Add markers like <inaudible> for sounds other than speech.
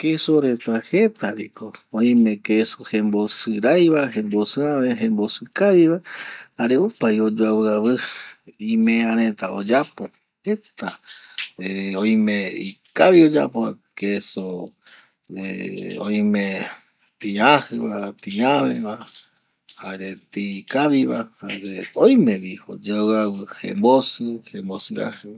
Keso reta jeta vi ko oime queso jembosɨ rai va, jembosɨ avë, jembosɨ kavi va jare opa vi oyoavɨ avɨ imea reta oyapo jeta <hesitation> oime ikavi oyapo va queso <hesitation> oime ti ajɨ va, ti ave va, jare ti kavi va jare oime vi ko oyoavɨ avɨ jembosɨ, jembosɨ aji va